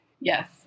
Yes